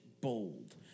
bold